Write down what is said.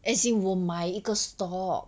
as in 我买一个 stock